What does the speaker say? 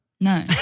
no